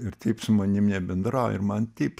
ir taip su manim nebendrauja ir man taip